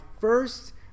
first